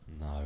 no